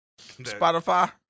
Spotify